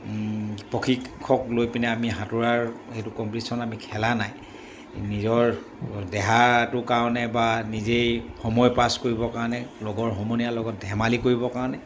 প্ৰশিক্ষক লৈ পিনে আমি সাঁতুৰাৰ সেইটো কম্পিটিশ্যন আমি খেলা নাই নিজৰ দেহাটোৰ কাৰণে বা নিজেই সময় পাছ কৰিবৰ কাৰণে লগৰ সমনীয়াৰ লগত ধেমালি কৰিবৰ কাৰণে